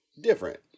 different